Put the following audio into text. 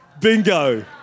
Bingo